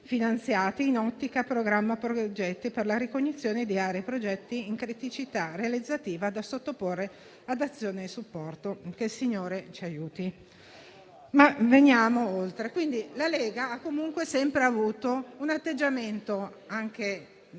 finanziati in ottica programma-progetti, per la ricognizione di aree e progetti in criticità realizzativa da sottoporre ad azioni di supporto: che il Signore ci aiuti, ma andiamo oltre. La Lega ha comunque sempre avuto, anche dai banchi